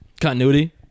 Continuity